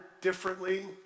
differently